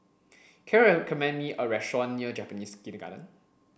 can you recommend me a restaurant near Japanese Kindergarten